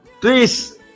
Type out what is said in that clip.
Please